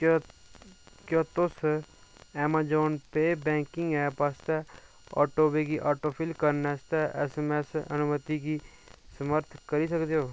क्या क्या तुस ऐमाजान पेऽ बैंकिंग ऐप आस्तै आटोपी गी आटोफिल करने आस्तै ऐस्सऐम्मऐस्स अनुमती गी समर्थ करी सकदे ओ